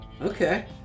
Okay